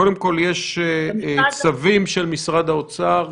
קודם כול, יש צווים של משרד האוצר